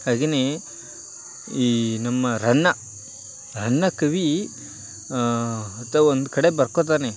ಹಾಗೆಯೇ ಈ ನಮ್ಮ ರನ್ನ ರನ್ನ ಕವಿ ಆತ ಒಂದುಕಡೆ ಬರ್ಕೋತಾನೆ